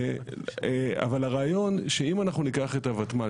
אבל הרעיון שאם אנחנו ניקח את הוותמ"ל,